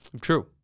True